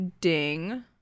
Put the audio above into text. Ding